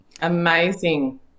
Amazing